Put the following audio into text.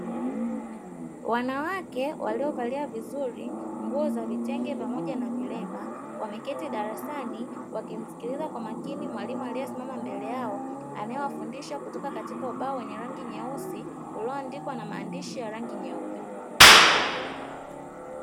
Wanawake waliovalia vizuri nguo za vitenge pamoja na vilemba, wameketi darasani wakimsikiliza kwa makini mwalimu aliesimama mbele yao anaewafundisha kutoka katika ubao wenye rangi nyeusi, ulioandikwa na maandishi ya rangi nyeupe.